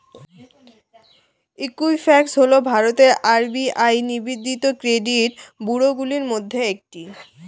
Equifax হল ভারতের RBI নিবন্ধিত ক্রেডিট ব্যুরোগুলির মধ্যে একটি